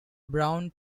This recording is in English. brown